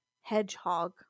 hedgehog